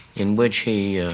in which he